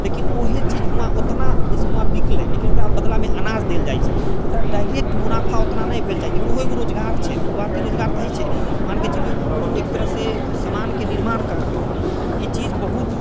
लेकिन ओहे चीज उहाँ ओतना जैसे उहाँ बिकलै लेकिन ओकरा बदलामे अनाज देल जाइ छै ओकरा डाइरेक्ट मुनाफा ओतना नहि भेल जाइ छै लेकिन ओहो एगो रोजगार छै शुरुआती रोजगार तऽ होइ छै मानिके चलियौ कि उ एक तरहसे सामानके निर्माण करलकै उहाँपर ई चीज बहुत